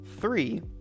Three